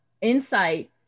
insight